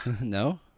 No